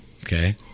Okay